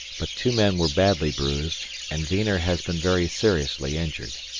but two men were badly bruised, and wiener has been very seriously injured.